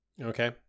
Okay